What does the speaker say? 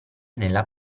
nella